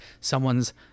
someone's